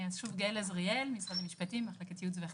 אני ממשרד המשפטים, מחלקת ייעוץ וחקיקה.